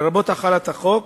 לרבות החלת החוק,